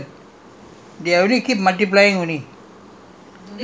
now corona corona is already okay in singapore in india haven't